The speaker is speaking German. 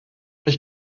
ich